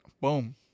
Boom